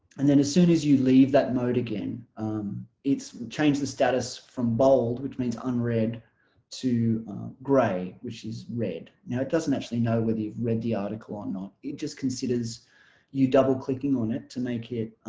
and then as soon as you leave that mode again it's changed the status from bold which means unread to gray which is read. now it doesn't actually know whether you've read the article or ah not it just considers you double-clicking on it to make it